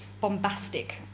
bombastic